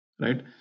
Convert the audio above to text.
right